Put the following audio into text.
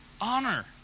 honor